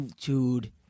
dude